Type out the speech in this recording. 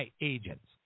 agents